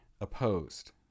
opposed